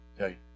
okay